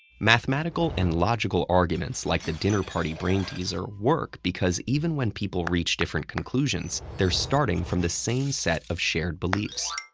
mathematical and logical arguments like the dinner party brainteaser work because even when people reach different conclusions, they're starting from the same set of shared beliefs.